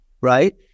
right